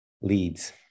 leads